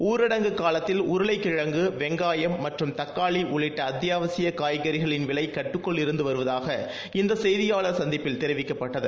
ஊரடங்கு காலத்தில் உருளைக்கிழங்கு வெங்காயம் மற்றும் தக்காளி உள்ளிட்ட அத்தியாவசிய காய்கறிகளின் விலை கட்டுக்குள் இருந்து வருவதாக இந்த செய்தியாளர் சந்திப்பில் தெரிவிக்கப்பட்டது